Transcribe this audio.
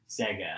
Sega